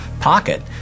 pocket